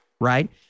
right